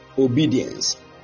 obedience